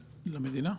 למדינה?